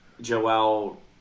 Joel